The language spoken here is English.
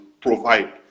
provide